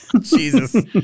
Jesus